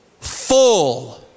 Full